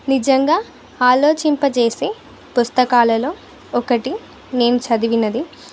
నిజంగా ఆలోచింపచేసే పుస్తకాలలో ఒకటి నేను చదివినది